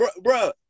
Bro